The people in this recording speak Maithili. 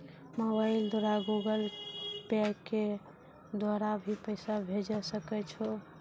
मोबाइल द्वारा गूगल पे के द्वारा भी पैसा भेजै सकै छौ?